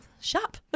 shop